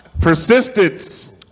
persistence